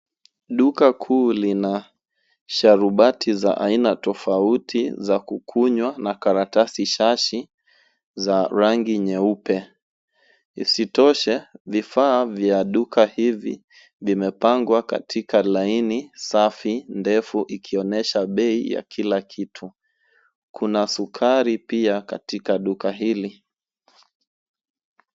Duka kuu lina sharubati za aina tofauti za kukunywa na karatasi rashi za rangi nyeupe. Isitoshe, vifaa vya duka hivi vimepangwa katika laini safi ndefu ikionyesha Bei ya kila kitu. Kuna sukari pia katika duka hili.